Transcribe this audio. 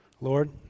Lord